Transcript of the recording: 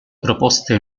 proposte